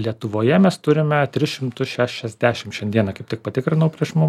lietuvoje mes turime tris šimtus šešiasdešim šiandieną kaip tik patikrinau prieš mum